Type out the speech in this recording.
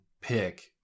pick